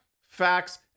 facts